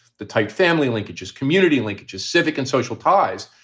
the tight family linkages, community linkages, civic and social ties,